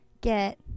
get